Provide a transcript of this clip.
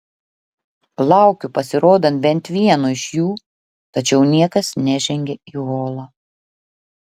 laukiu pasirodant bent vieno iš jų tačiau niekas nežengia į holą